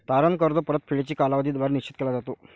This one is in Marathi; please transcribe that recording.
तारण कर्ज परतफेडीचा कालावधी द्वारे निश्चित केला जातो